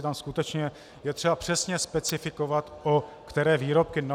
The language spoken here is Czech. Tam skutečně je třeba přesně specifikovat, o které výrobky jde.